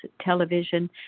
television